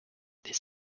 this